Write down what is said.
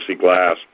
glass